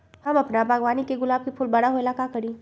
हम अपना बागवानी के गुलाब के फूल बारा होय ला का करी?